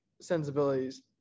sensibilities